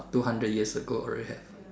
two hundred years ago already have